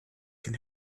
can